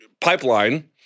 pipeline